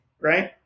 right